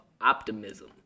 optimism